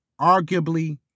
arguably